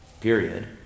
period